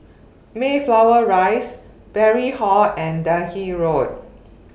Mayflower Rise Parry Hall and Delhi Road